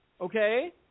Okay